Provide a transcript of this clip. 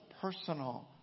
personal